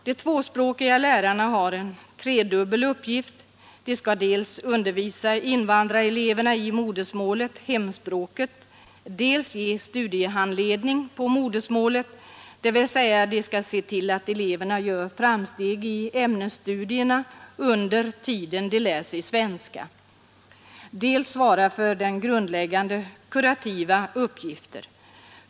De tvåspråkiga lärarna har en trefaldig uppgift: de skall dels undervisa invandrareleverna i modersmålet — hemspråket —, dels ge studiehandledning på modersmålet, dvs. se till att eleverna gör framsteg i ämnesstudierna under tiden som de lär sig svenska, dels också svara för grundläggande kurativa uppgifter.